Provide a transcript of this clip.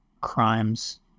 crimes